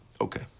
okay